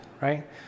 right